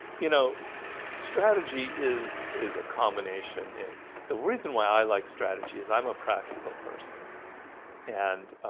you know strategy is is a combination a the reason why i like strategy is i'm a practical person and